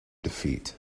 defeat